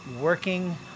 working